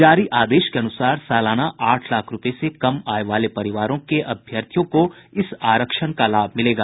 जारी आदेश के अनुसार सालाना आठ लाख रूपये से कम आय वाले परिवारों के अभ्यर्थियों को इस आरक्षण का लाभ मिलेगा